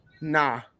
Nah